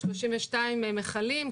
32 מכלים,